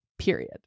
period